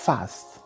Fast